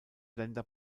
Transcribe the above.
länder